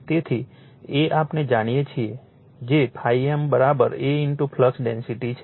તેથી A આપણે જાણીએ છીએ જે ∅m A ફ્લક્સ ડેન્સિટી છે